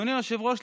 אדוני היושב-ראש,